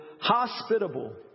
hospitable